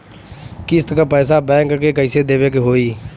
किस्त क पैसा बैंक के कइसे देवे के होई?